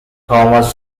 thomas